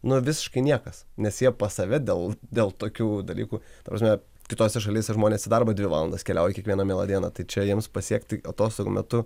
nu visiškai niekas nes jie pas save dėl dėl tokių dalykų ta prasme kitose šalyse žmonės į darbą dvi valandas keliauja kiekvieną mielą dieną tai čia jiems pasiekti atostogų metu